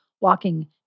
walking